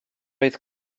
oedd